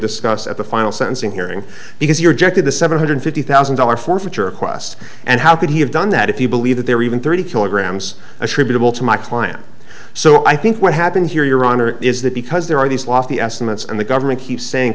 discussed at the final sentencing hearing because you're jetted the seven hundred fifty thousand dollars forfeiture quests and how could he have done that if you believe that there were even thirty kilograms attributable to my client so i think what happened here your honor is that because there are these lofty estimates and the government keeps saying